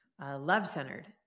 love-centered